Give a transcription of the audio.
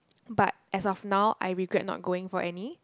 but as of now I regret not going for any